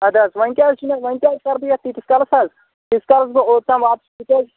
اَدٕ حظ وۄںۍ کیٛاہ حظ وۄنۍ کیٛاہ حظ کَرٕ بہٕ یَتھ تیٖتِس کالَس حظ ییٖتِس کالَس بہٕ اوٚتام واتہٕ بہٕ تیٚلہِ